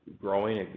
growing